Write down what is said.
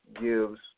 gives